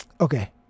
Okay